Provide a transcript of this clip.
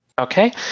Okay